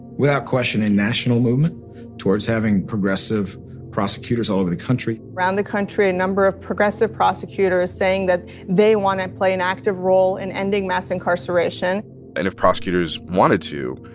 without question, a national movement towards having progressive prosecutors all over the country around the country, a number of progressive prosecutors saying that they want to play an active role in ending mass incarceration and if prosecutors wanted to,